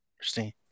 interesting